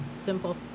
simple